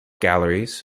galleries